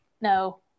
no